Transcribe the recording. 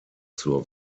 zur